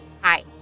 Hi